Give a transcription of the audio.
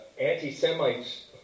anti-Semites